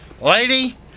Lady